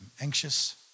anxious